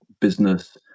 business